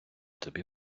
тобі